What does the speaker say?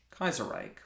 Kaiserreich